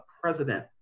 president